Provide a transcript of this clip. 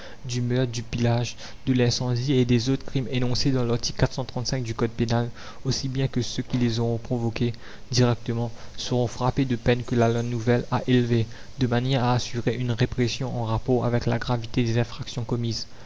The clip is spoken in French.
du meurtre du pillage de l'incendie et des autres crimes énoncés dans larticle du code pénal aussi bien que ceux qui les auront provoqués la commune directement seront frappés de peines que la loi nouvelle a élevées de manière à assurer une répression en rapport avec la gravité des infractions commises